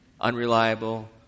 unreliable